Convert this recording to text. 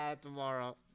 Tomorrow